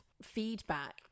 feedback